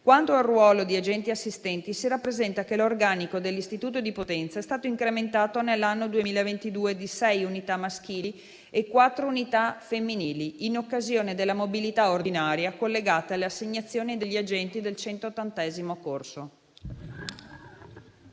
Quanto al ruolo di agenti assistenti, si rappresenta che l'organico dell'istituto di Potenza è stato incrementato, nell'anno 2022, di sei unità maschili e quattro unità femminili, in occasione della mobilità ordinaria collegata alle assegnazioni degli agenti del 180° corso.